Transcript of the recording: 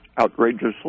outrageously